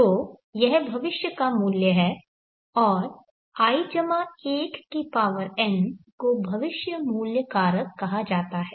तो यह भविष्य का मूल्य है और i1 की पावर n को भविष्य मूल्य कारक कहा जाता है